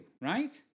right